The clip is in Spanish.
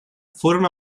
fueron